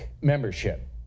membership